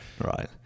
right